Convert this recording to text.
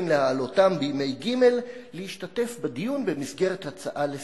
להעלותם בימי ג' להשתתף בדיון במסגרת הצעה לסדר-היום,